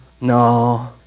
No